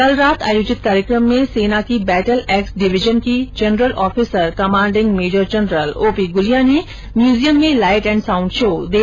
कल रात आयोजित कार्यक्रम में सेना की बैटल एक्स डिवीजन के general officer commanding major general O P Gulia ने म्यूजियम में लाइट एंड साउंड शो देश को समर्पित किया